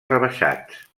rebaixats